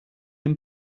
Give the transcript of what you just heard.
dem